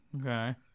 Okay